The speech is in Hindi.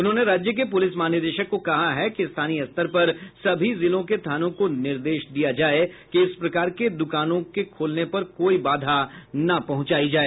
उन्होंने राज्य के पुलिस महानिदेशक को कहा है कि स्थानीय स्तर पर सभी जिलों के थानों को निर्देश दिया जाय कि इस प्रकार के दुकानों के खोलने पर कोई बाधा न पहुंचायी जाय